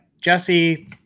Jesse